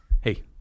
Hey